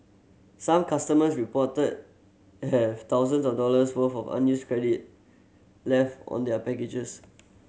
some customers reported have thousands of dollars worth of unused credit left on their packages